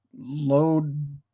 load